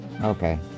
Okay